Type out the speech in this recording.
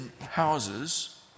houses